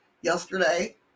yesterday